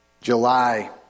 July